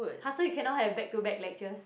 !huh! so you cannot have back to back lectures